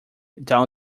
down